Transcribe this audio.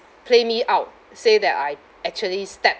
play me out say that I actually stab